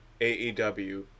AEW